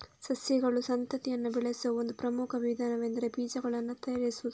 ಸಸ್ಯಗಳು ಸಂತತಿಯನ್ನ ಬೆಳೆಸುವ ಒಂದು ಪ್ರಮುಖ ವಿಧಾನವೆಂದರೆ ಬೀಜಗಳನ್ನ ತಯಾರಿಸುದು